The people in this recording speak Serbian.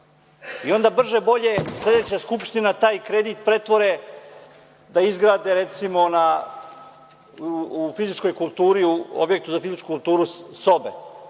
i onda brže bolje sledeća Skupština taj kredit pretvori da izgrade, recimo, u objektu za fizičku kulturu sobe,